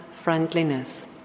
friendliness